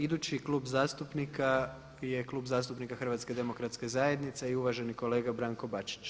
Idući klub zastupnika je Klub zastupnika HDZ-a i uvaženi kolega Branko Bačić.